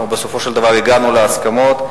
ואנחנו בסופו של דבר הגענו להסכמות,